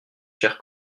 chers